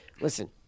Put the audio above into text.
listen